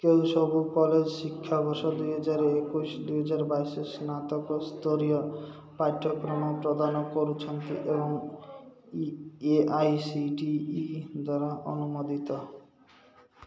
କେଉଁ ସବୁ କଲେଜ୍ ଶିକ୍ଷାବର୍ଷ ଦୁଇହଜାର ଏକୋଇଶ ଦୁଇହଜାର ବାଇଶରେ ସ୍ନାତକ ସ୍ତରୀୟ ପାଠ୍ୟକ୍ରମ ପ୍ରଦାନ କରୁଛନ୍ତି ଏବଂ A I C T E ଦ୍ୱାରା ଅନୁମୋଦିତ